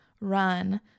run